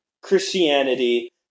Christianity